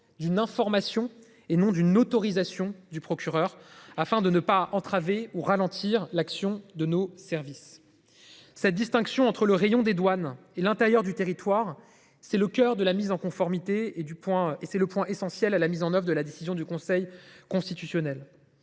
d'une information et non d'une autorisation du procureur, afin de ne pas entraver ou ralentir l'action de nos services. Cette distinction entre le rayon des douanes et l'intérieur du territoire. C'est le coeur de la mise en conformité et du point et c'est le point essentiel à la mise en oeuvre de la décision du Conseil constitutionnel.